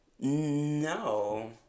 No